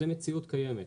זאת מציאות קיימת,